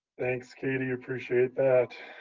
thanks, katie, appreciate that.